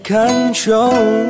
control